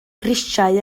grisiau